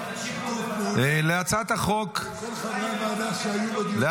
אנשים פה במצב קטטוני --- הודיתי לחברי הוועדה שהיו בדיונים.